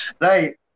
Right